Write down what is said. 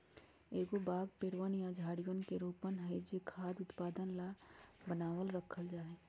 एगो बाग पेड़वन या झाड़ियवन के रोपण हई जो खाद्य उत्पादन ला बनावल रखल जाहई